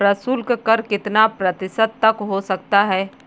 प्रशुल्क कर कितना प्रतिशत तक हो सकता है?